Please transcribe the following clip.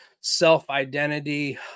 self-identity